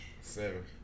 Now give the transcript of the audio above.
Seven